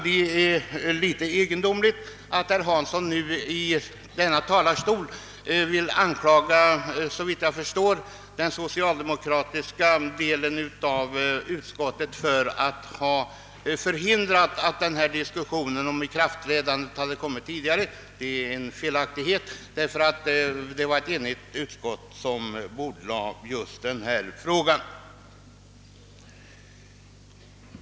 Det är litet egendomligt att herr Hansson nu från denna talarstol vill anklaga — såvitt jag förstår — den socialdemokratiska delen av utskottet för att ha förhindrat att denna diskussion om ikraftträdandet skulle komma tidigare. Det var ju ett enigt utskott som bordlade frågan.